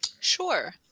Sure